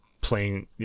playing